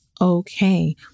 okay